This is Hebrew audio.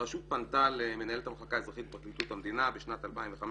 הרשות פנתה למנהלת המחלקה האזרחית בפרקליטות המדינה בשנת 2015,